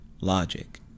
logic